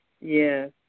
yes